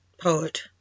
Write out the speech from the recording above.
poet